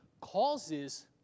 causes